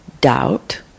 doubt